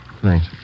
Thanks